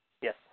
Yes